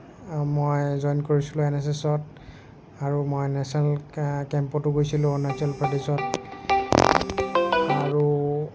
মই জইন কৰিছিলোঁ N S এছত আৰু মই নেচনেল কেম্পতো গৈছিলোঁ অৰুণাচল প্ৰদেশত আৰু